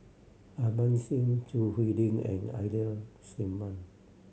Harban Singh Choo Hwee Lim and Ida Simmon